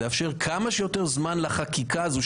לאפשר כמה שיותר זמן לחקיקה הזו,